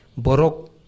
borok